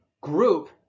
group